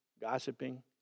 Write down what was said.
gossiping